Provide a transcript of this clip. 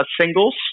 singles